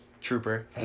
trooper